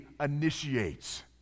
initiates